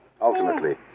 Ultimately